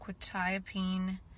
quetiapine